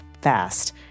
fast